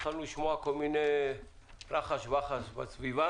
התחלנו לשמוע רחש בחש בסביבה